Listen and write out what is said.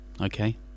okay